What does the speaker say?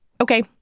Okay